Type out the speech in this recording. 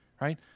right